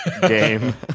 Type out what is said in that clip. game